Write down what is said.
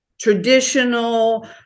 traditional